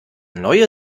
neue